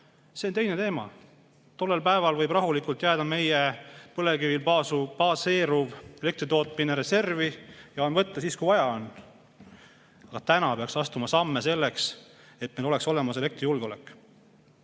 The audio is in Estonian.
see on teine teema. Tollel päeval võib rahulikult jääda meie põlevkivil baseeruv elektritootmine reservi ja kui vaja, siis on ta võtta. Praegu peaks astuma samme selleks, et meil oleks olemas elektrijulgeolek.